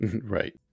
Right